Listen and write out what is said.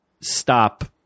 stop